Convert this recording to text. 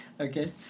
Okay